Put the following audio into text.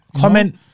Comment